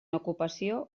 ocupació